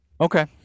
Okay